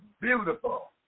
beautiful